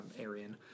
Aryan